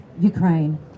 Ukraine